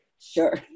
Sure